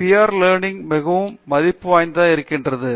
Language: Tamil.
பியர் லேர்னிங் மிகவும் மதிப்பு வாய்ந்தது